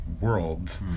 world